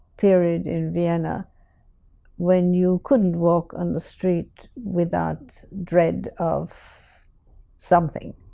period in vienna when you couldn't walk on the street without dread of something